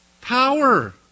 Power